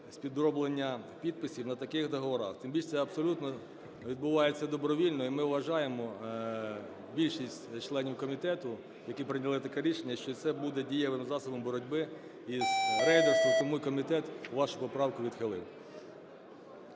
з підроблення підписів на таких договорах, тим більше це абсолютно відбувається добровільно. І ми вважаємо, більшість членів комітету, які прийняли таке рішення, що це буде дієвим засобом боротьби із рейдерством. Тому й комітет вашу поправку відхилив.